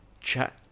chat